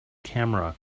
camera